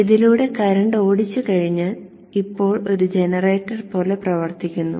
ഇതിലൂടെ കറന്റ് ഓടിച്ചുകഴിഞ്ഞാൽ ഇപ്പോൾ ഒരു ജനറേറ്റർ പോലെ പ്രവർത്തിക്കുന്നു